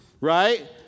Right